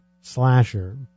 slasher